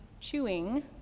chewing